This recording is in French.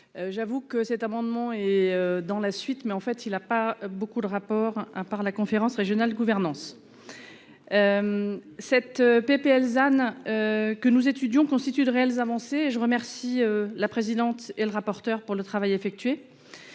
J'avoue que cet amendement et dans la suite mais en fait il a pas beaucoup de rapport hein par la conférence régionale de gouvernance. Cette PPL alezane. Que nous étudions constituent de réelles avancées et je remercie la présidente et le rapporteur pour le travail effectué.